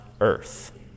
earth